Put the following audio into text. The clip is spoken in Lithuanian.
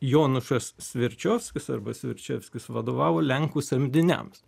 jonušas sverčiovskis arba sverčevskis vadovavo lenkų samdiniams